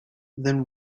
then